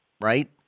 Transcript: right